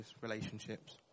relationships